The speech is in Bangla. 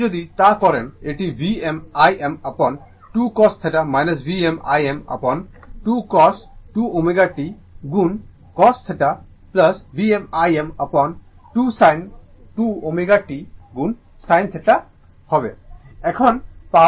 আপনি যদি তা করেন এটি Vm Im upon 2 cos θ Vm Im upon 2 cos 2 ω t গুণ cos θ Vm Im upon 2 sin 2 ω t গুণ sin θ